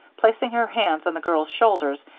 placing her hands on the girl's shoulders,